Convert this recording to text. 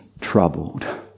troubled